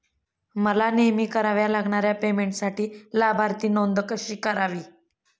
मला नेहमी कराव्या लागणाऱ्या पेमेंटसाठी लाभार्थी नोंद कशी करावी?